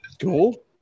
Cool